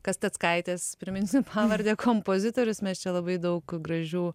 kasteckaitės priminsiu pavardę kompozitorius mes čia labai daug gražių